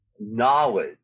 knowledge